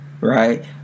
Right